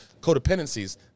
codependencies